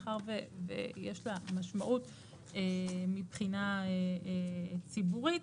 מאחר ויש לה משמעות מבחינה ציבורית,